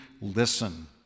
listen